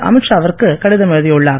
அமீத் ஷா விற்கு கடிதம் எழுதியுள்ளார்